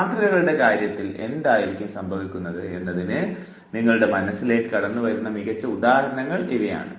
മാതൃകകളുടെ കാര്യത്തിൽ എന്തായിരിക്കും സംഭവിക്കുന്നത് എന്നതിന് നിങ്ങളുടെ മനസ്സിലേക്ക് കടന്നു വരുന്ന മികച്ച ഉദാഹരണങ്ങൾ ഇവയാണ്